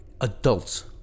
adults